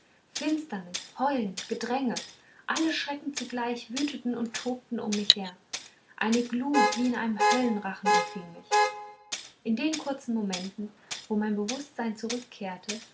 finsternis heulen gedränge alle schrecken zugleich wüteten und tobten um mich her eine glut wie in einem höllenrachen umfing mich in den kurzen momenten wo mein bewußtsein zurückkehrte